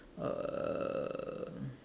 uh